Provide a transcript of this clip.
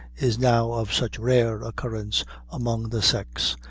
is now of such rare occurrence among the sex,